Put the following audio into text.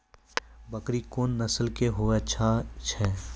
बकरी कोन नस्ल के अच्छा होय छै?